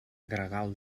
gregal